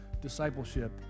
discipleship